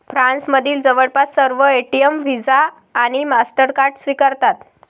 फ्रान्समधील जवळपास सर्व एटीएम व्हिसा आणि मास्टरकार्ड स्वीकारतात